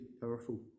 powerful